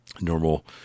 normal